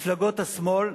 מפלגות השמאל,